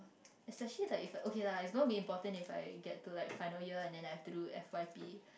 especially okay lah it's gonna be important if I get to like final year and then I have to do F_Y_P